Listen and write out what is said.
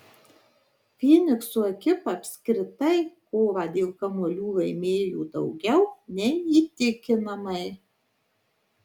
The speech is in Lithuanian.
fynikso ekipa apskritai kovą dėl kamuolių laimėjo daugiau nei įtikinamai